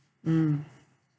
mm